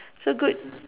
so good